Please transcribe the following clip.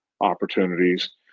opportunities